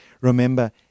Remember